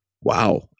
Wow